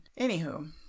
anywho